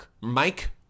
Mike